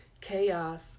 Chaos